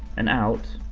an out,